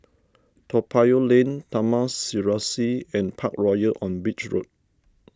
Toa Payoh Lane Taman Serasi and Parkroyal on Beach Road